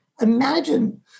imagine